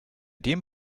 dem